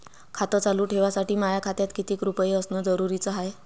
खातं चालू ठेवासाठी माया खात्यात कितीक रुपये असनं जरुरीच हाय?